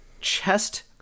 chest